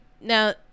now